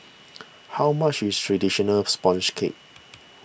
how much is Traditional Sponge Cake